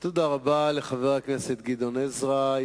תודה רבה לחבר הכנסת גדעון עזרא.